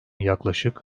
yaklaşık